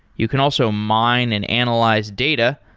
you can also mine and analyze data,